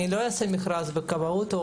לא אעשה מכרז בכבאות.